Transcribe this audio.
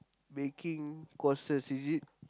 baking courses is it